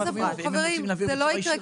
לא, אל תסבכו, חברים, זה לא יקרה בצורה הזאת.